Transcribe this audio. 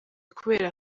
kubera